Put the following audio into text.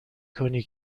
کنی